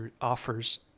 offers